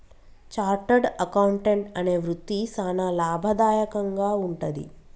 chartered accountant అనే వృత్తి సానా లాభదాయకంగా వుంటది